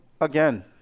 again